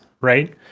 right